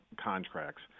contracts